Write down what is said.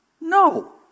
No